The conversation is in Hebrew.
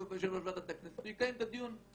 הוא יו"ר ועדת הכנסת והוא יקיים את הדיון.